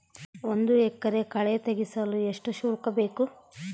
ಒಂದು ಎಕರೆ ಕಳೆ ತೆಗೆಸಲು ಎಷ್ಟು ಶುಲ್ಕ ಬೇಕು?